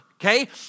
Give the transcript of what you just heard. Okay